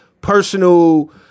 personal